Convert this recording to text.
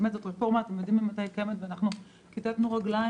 אתם יודעים ממתי הרפורמה קיימת וכיתתנו רגליים